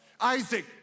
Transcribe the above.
Isaac